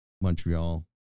Montreal